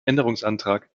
änderungsantrag